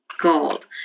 gold